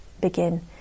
begin